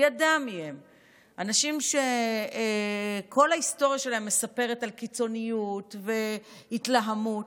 אנשים שכל ההיסטוריה שלהם מספרת על קיצוניות והתלהמות,